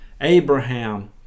Abraham